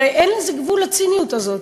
הרי אין גבול לציניות הזאת.